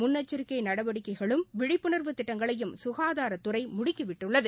முன்னெச்சிக்கை நடவடிக்கைகளும் விழிப்புணர்வு திட்டங்களையும் சுகாதூரத்துறை முடுக்கி விட்டுள்ளது